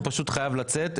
הוא חייב לצאת.